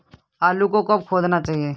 आलू को कब खोदना चाहिए?